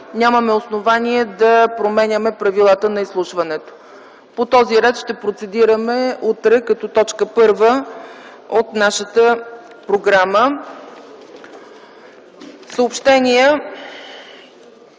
нямаме основание да променяме правилата на изслушването. По този ред ще процедираме утре като точка първа от нашата програма.